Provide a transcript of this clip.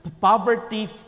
poverty